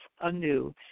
anew